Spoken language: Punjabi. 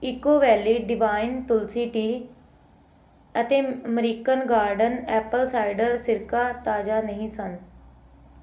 eco Valley Divine Tulsi tea ਅਤੇ ਅਮਰੀਕਨ ਗਾਰਡਨ ਐਪਲ ਸਾਈਡਰ ਸਿਰਕਾ ਤਾਜ਼ਾ ਨਹੀਂ ਸਨ